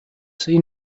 seen